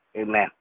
Amen